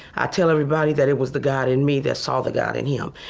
tell everybody that it was the god in me that saw the god in him.